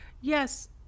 Yes